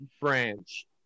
branch